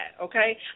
okay